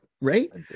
Right